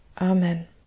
Amen